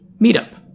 meetup